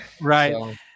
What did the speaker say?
right